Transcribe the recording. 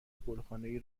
گلخانهای